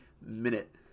minute